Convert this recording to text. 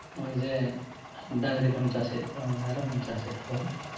ᱦᱚᱸᱜᱼᱚᱭ ᱡᱮ ᱰᱟᱝᱨᱤ ᱵᱚᱱ ᱪᱟᱥᱮᱫ ᱠᱚᱣᱟ ᱢᱮᱯᱚᱢ ᱵᱚᱱ ᱪᱟᱥᱮᱫ ᱠᱚᱣᱟ